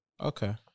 Okay